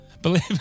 Believe